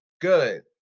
Good